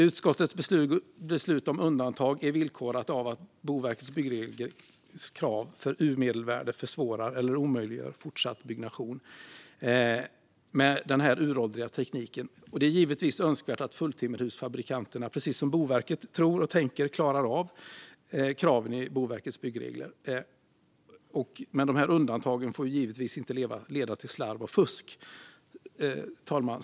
Utskottets beslut om undantag är villkorat av att Boverkets byggregelkrav för U-medelvärde försvårar eller omöjliggör fortsatt byggnation med den här uråldriga tekniken. Det är givetvis önskvärt att fulltimmerhusfabrikanterna, precis som Boverket tror och tänker, klarar av kraven i Boverkets byggregler, men de här undantagen får givetvis inte leda till slarv och fusk.